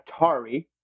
atari